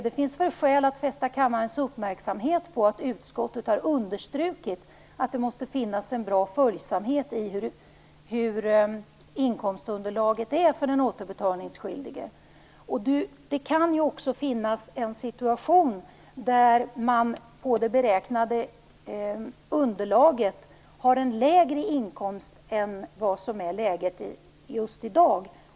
Det finns skäl att fästa kammarens uppmärksamhet på att utskottet har understrukit att det måste finnas en bra följsamhet när det gäller den återbetalningsskyldiges inkomstunderlag. Det kan också finnas situationer då inkomsten i det beräknade underlaget är lägre än vad som är fallet just i dag.